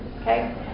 Okay